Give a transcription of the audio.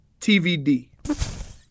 TVD